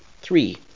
Three